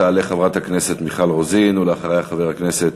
תעלה חברת הכנסת מיכל רוזין, ואחריה, חבר הכנסת